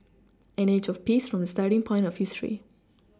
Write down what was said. an age of peace from the starting point of history